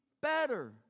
better